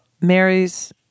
Mary's